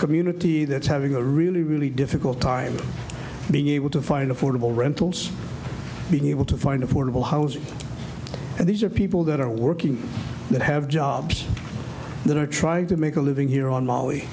community that's having a really really difficult time being able to find affordable rentals being able to find affordable housing and these are people that are working in have jobs that are trying to make a living here on m